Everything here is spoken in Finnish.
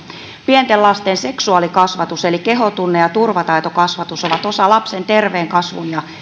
pienten lasten seksuaalikasvatus eli kehotunne ja turvataitokasvatus on osa lapsen terveen kasvun ja